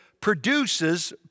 produces